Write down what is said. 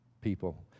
people